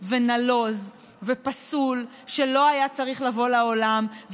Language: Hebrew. ונלוז ופסול שלא היה צריך לבוא לעולם.